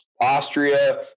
Austria